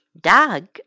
dog